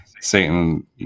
Satan